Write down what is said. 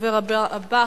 הדובר הבא,